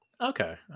Okay